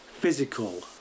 physical